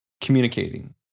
communicating